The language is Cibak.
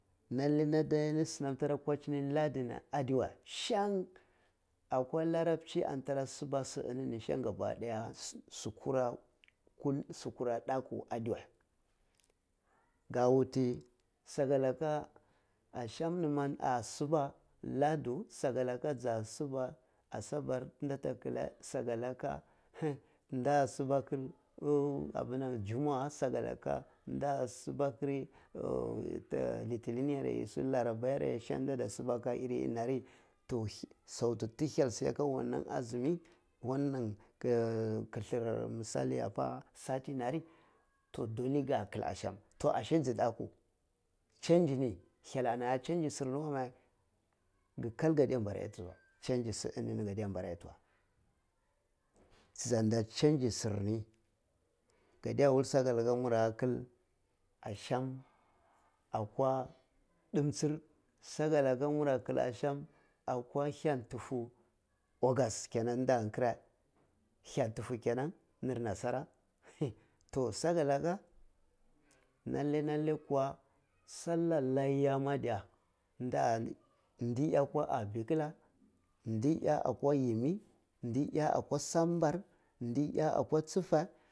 sun am tara kwa chini ladu ni adewae akwa larabei an tara suba su enini shun gaba daya su kura daku adewae, ga wuti sakalaka ashamnima a suba ladu saka laka dza suba asabar tu da ta kallae nda subakar jumawa sakalaka nda suba kari litillin yare su laraba yare shan nda ada subaka iri enini yaren re to santo ti hya seyaka wannan azumi wanan kuthur misali apa sati nari to dole ga kal abam, abam dza daku change ni hyal annada change surni wame go kal gadiya mbizi yata wae change su enini ga daya mbizi yata wae dzu na change sumi, gadaya wula saka laka mura kal asham akwa dim tsur saka laka mura kal asam akwa hya tufu august kenan tu nda da krae hya tufu kenan tunda da krae saka laka lallai, lallai kuwa sallar laya ma diya nda’a ndi ya akwo atta bikala ndi ya akwa yemi ndi ya akwa sakar sambar ndi ya akwa sakar tsafae